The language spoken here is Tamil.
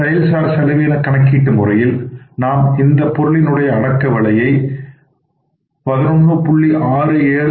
செயல் சார் செலவின கணக்கீட்டு முறையில் நாம் இந்தப் பொருளின் உடைய அடக்க விலையை 11